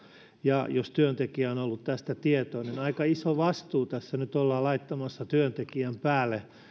ja jos työntekijä on ollut tästä tietoinen aika iso vastuu tässä nyt ollaan laittamassa työntekijän päälle